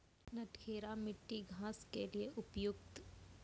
नटखेरा मिट्टी घास के लिए उपयुक्त?